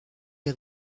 les